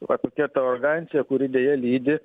va kokia ta arogancija kuri deja lydi